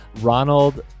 Ronald